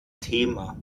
thema